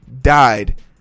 died